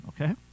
okay